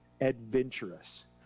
adventurous